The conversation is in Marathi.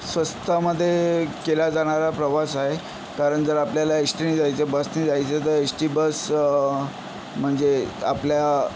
स्वस्तामध्ये केला जाणारा प्रवास आहे कारण जर आपल्याला एसटीनी जायचं बसनी जायचं तर एश्टी बस म्हणजे आपल्या